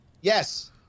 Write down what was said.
Yes